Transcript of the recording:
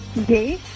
Okay